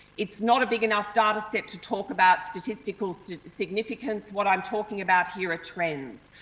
it's not a big enough data set to talk about statistical significance, what i'm talking about here are trends.